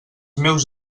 meus